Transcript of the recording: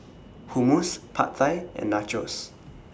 Hummus Pad Thai and Nachos